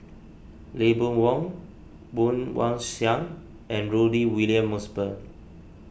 Lee Boon Wang Woon Wah Siang and Rudy William Mosbergen